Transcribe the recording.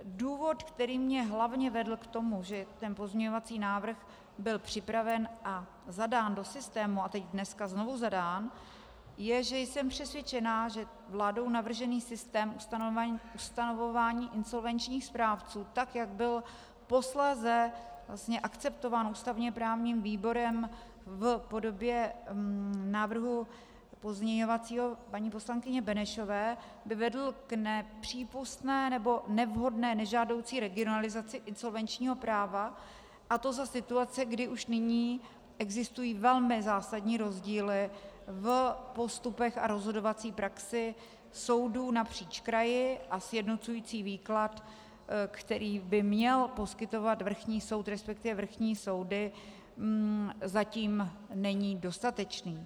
Důvod, který mě hlavně vedl k tomu, že ten pozměňovací návrh byl připraven a zadán do systému a dnes znovu zadán, je, že jsem přesvědčená, že vládou navržený systém ustanovování insolvenčních správců, jak byl posléze akceptován ústavněprávním výborem v podobě pozměňovacího návrhu paní poslankyně Benešové, by vedl k nepřípustné, nebo nevhodné a nežádoucí regionalizaci insolvenčního práva, a to za situace, kdy už nyní existují velmi zásadní rozdíly v postupech a rozhodovací praxi soudů napříč kraji a sjednocující výklad, který by měl poskytovat vrchní soud, resp. vrchní soudy, zatím není dostatečný.